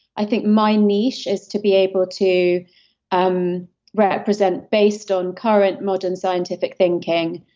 i think my niche is to be able to um represent based on current modern scientific thinking.